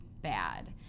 bad